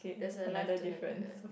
there's a live tonight